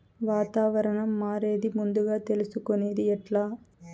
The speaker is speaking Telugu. వాతావరణం మారేది ముందుగా తెలుసుకొనేది ఎట్లా?